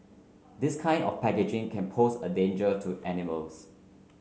this kind of packaging can pose a danger to animals